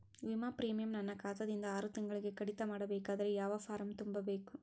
ವಿಮಾ ಪ್ರೀಮಿಯಂ ನನ್ನ ಖಾತಾ ದಿಂದ ಆರು ತಿಂಗಳಗೆ ಕಡಿತ ಮಾಡಬೇಕಾದರೆ ಯಾವ ಫಾರಂ ತುಂಬಬೇಕು?